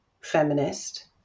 feminist